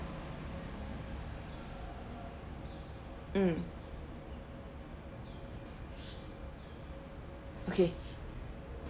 mm okay